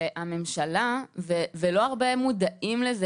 זה משהו שלא הרבה מודעים אליו,